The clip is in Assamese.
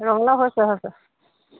ৰঙালাও হৈছে হৈছে